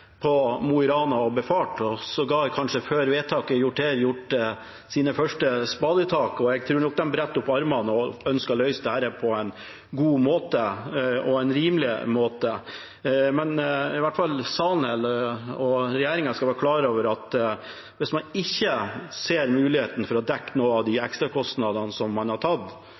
på Mo i Rana og befart – og sågar kanskje før vedtaket er gjort her, har tatt sine første spadetak. Jeg tror nok de bretter opp ermene og ønsker å løse dette på en god og rimelig måte. Salen her, og regjeringen, skal i hvert fall være klar over at hvis man ikke ser muligheten for å dekke noen av de ekstrakostnadene man har tatt,